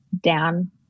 down